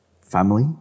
family